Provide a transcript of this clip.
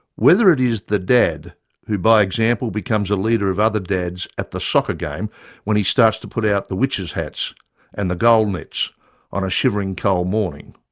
whether it is the dad who by example becomes a leader of other dads at the soccer game when he starts to put out the witches hats and the goal nets on a shivering cold morning,